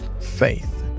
faith